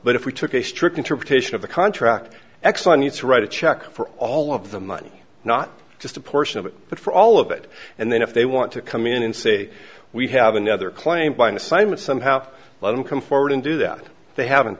but if we took a strict interpretation of the contract exxon needs to write a check for all of the money not just a portion of it but for all of it and then if they want to come in and say we have another claim by the same and somehow let him come forward and do that they haven't